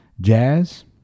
Jazz